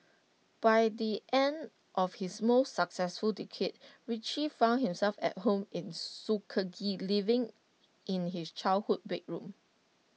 by the end of his most successful decade Richie found himself at home in Tuskegee living in his childhood bedroom